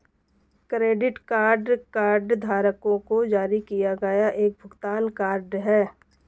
credit card कार्डधारकों को जारी किया गया एक भुगतान कार्ड है